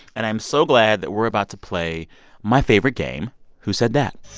and i'm so glad that we're about to play my favorite game who said that